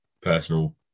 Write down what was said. personal